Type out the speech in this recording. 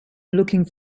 looking